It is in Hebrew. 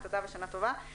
בבקשה